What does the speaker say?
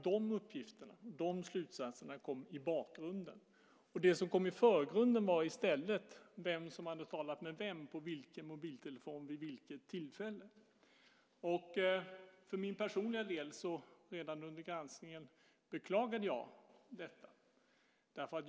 Det som kom i förgrunden var i stället vem som hade talat med vem på vilken mobiltelefon vid vilket tillfälle. För min personliga del beklagade jag detta redan under granskningen.